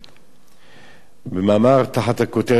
במאמר תחת הכותרת "אל תוותרו לוותיקן"